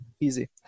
Easy